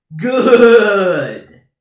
good